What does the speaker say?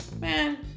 Man